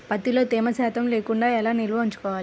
ప్రత్తిలో తేమ శాతం లేకుండా ఎలా నిల్వ ఉంచుకోవాలి?